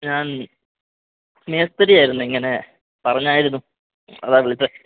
ഞാൻ മേസ്തിരിയായിരുന്നു ഇങ്ങനെ പറഞ്ഞായിരുന്നു അതാണ് വിളിച്ചത്